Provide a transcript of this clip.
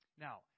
Now